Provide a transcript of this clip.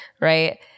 right